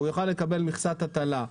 הוא יוכל לקבל מכסת הטלה.